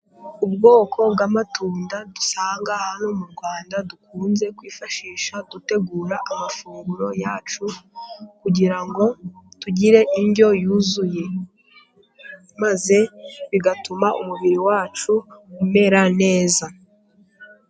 Ubwoko bw'amatunda dusanga hano mu Rwanda, dukunze kwifashisha dutegura amafunguro yacu kugira ngo tugire indyo yuzuye, maze bigatuma umubiri wacu umera neza.